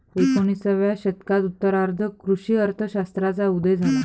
एकोणिसाव्या शतकाच्या उत्तरार्धात कृषी अर्थ शास्त्राचा उदय झाला